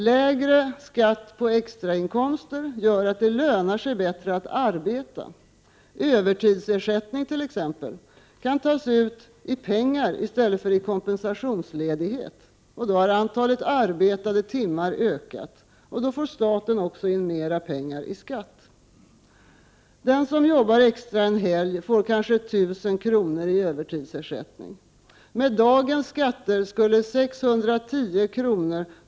Lägre skatt på extrainkomster gör att det lönar sig bättre att arbeta. Övertidsersättning kan t.ex. tas ut i pengar i stället för kompensationsledighet, och då har antalet arbetade timmar ökat. Då får staten också in mer pengar i skatt. Den som jobbar extra en helg får kanske 1 000 kr. i övertidsersättning. Med dagens skatter skulle 610 kr.